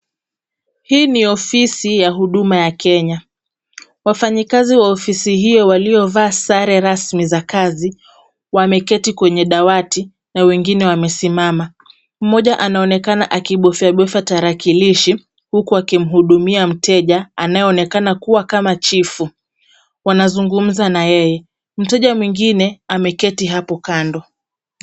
Hii ni ofisi ya huduma ya Kenya. Wafanyikazi wa ofisi hiyo waliovaa sare rasmi za kazi, wameketi kwenye dawati na wengine wamesimama. Mmoja anaonekana akibofiabofia tarakilishi, huku akimhudumia mteja, anayeonekana kuwa kama chifu. Wanazungumza na yeye. Mteja mwingine ameketi hapo kando.